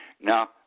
Now